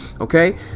okay